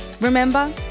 Remember